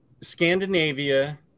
Scandinavia